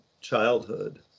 childhood